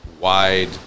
wide